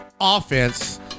offense